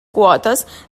quotes